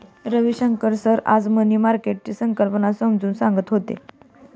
Ravishankar sir आज money मार्केटची संकल्पना समजावून सांगत होते